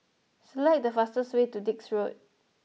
select the fastest way to Dix Road